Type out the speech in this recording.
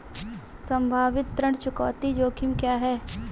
संभावित ऋण चुकौती जोखिम क्या हैं?